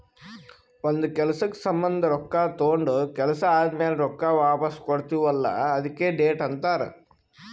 ಒಂದ್ ಕೆಲ್ಸಕ್ ಸಂಭಂದ ರೊಕ್ಕಾ ತೊಂಡ ಕೆಲ್ಸಾ ಆದಮ್ಯಾಲ ರೊಕ್ಕಾ ವಾಪಸ್ ಕೊಡ್ತೀವ್ ಅಲ್ಲಾ ಅದ್ಕೆ ಡೆಟ್ ಅಂತಾರ್